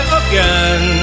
again